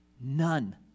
None